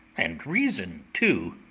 and reason too.